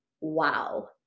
wow